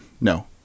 no